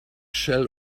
shell